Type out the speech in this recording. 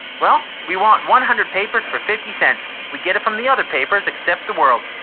well, we want one hundred papers for fifty cents. we get it from the other papers except the world.